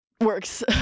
works